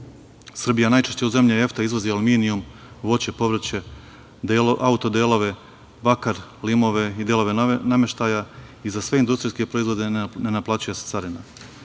Srbija najčešće u zemlji EFTA izvozi aluminijum, voće, povrće, auto delove, bakar, lim i delove novog nameštaja i za sve industrijske proizvode ne naplaćuje se carina. Što